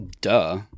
Duh